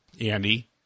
andy